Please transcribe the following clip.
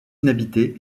inhabitée